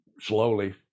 slowly